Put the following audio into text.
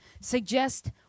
suggest